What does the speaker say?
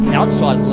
outside